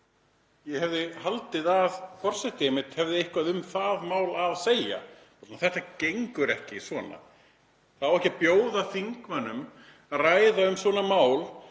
Ég hefði haldið að forseti hefði eitthvað um það mál að segja. Þetta gengur ekki svona. Það á ekki að bjóða þingmönnum að ræða um svona mál